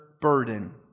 burden